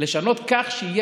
לשנות כך שיהיה